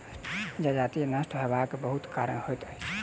जजति नष्ट होयबाक बहुत कारण होइत अछि